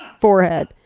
forehead